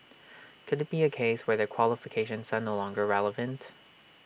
could IT be A case where their qualifications are no longer relevant